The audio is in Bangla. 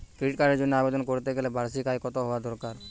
ক্রেডিট কার্ডের জন্য আবেদন করতে গেলে বার্ষিক আয় কত হওয়া দরকার?